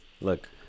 Look